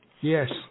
Yes